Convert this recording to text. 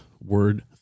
word